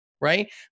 right